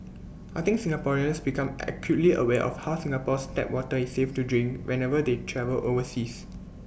I think Singaporeans become acutely aware of how Singapore's tap water is safe to drink whenever they travel overseas